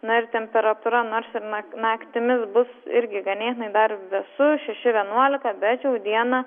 na ir temperatūra nors ir na naktimis bus irgi ganėtinai dar vėsu šeši vienuolika bet jau dieną